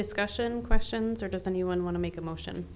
discussion questions are does anyone want to make a motion